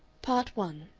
part one